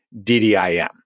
DDIM